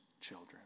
children